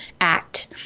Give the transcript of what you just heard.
act